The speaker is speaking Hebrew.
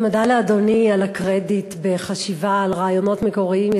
אני מודה לאדוני על הקרדיט על חשיבה על רעיונות מקוריים,